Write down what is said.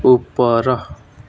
ଉପର